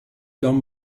don